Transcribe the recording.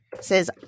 says